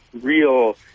real